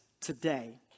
today